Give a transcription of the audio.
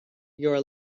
your